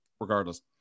regardless